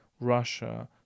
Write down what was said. Russia